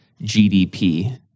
GDP